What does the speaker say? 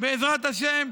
בעזרת השם,